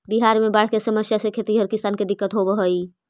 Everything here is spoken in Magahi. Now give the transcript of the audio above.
बिहार में बाढ़ के समस्या से खेतिहर किसान के दिक्कत होवऽ हइ